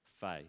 faith